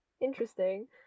Interesting